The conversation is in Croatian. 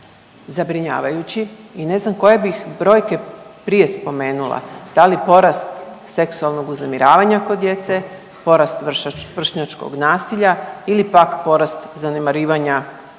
zabrinjavajući i ne znam koje bih brojke prije spomenula, da li porast seksualnog uznemiravanja kod djece, porast vršnjačkog nasilja ili pak porast zanemarivanja